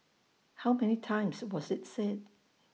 how many times was IT said